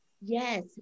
Yes